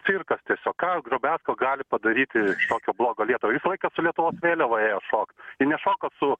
cirkas tiesiog ką drobesko gali padaryti tokio blogo lietuvai visą laiką su lietuvos vėliava ėjo šokt ji nešoko su